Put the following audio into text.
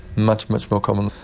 much, much more common.